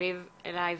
ומסביב אליי,